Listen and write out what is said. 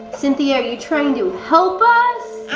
cynthia, are you trying to help us?